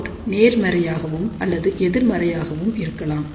Xout நேர்மறையாகவும் அல்லது எதிர்மறையாகவும் இருக்கலாம்